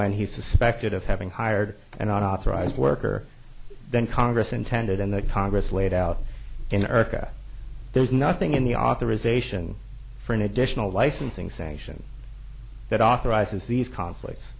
when he suspected of having hired an authorized worker then congress intended in the congress laid out in eartha there is nothing in the authorization for an additional licensing sanction that authorizes these conflict